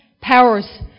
powers